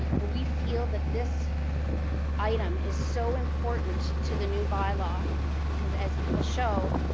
and we feel that this item is so important to the new by law because as we will show,